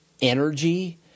energy